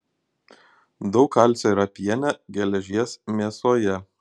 daug kalcio yra piene geležies mėsoje